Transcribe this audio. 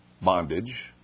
Bondage